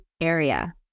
area